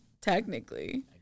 technically